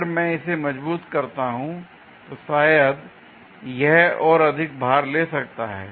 अगर मैं इसे मजबूत करता हूं तो शायद यह और अधिक भार ले सकता है